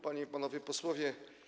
Panie i Panowie Posłowie!